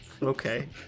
okay